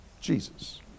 Jesus